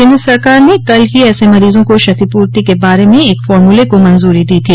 केन्द्र सरकार ने कल ही ऐसे मरीजों को क्षतिपूर्ति क बारे में एक फार्मूले को मंजूरी दी थी